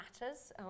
matters